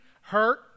hurt